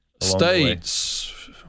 States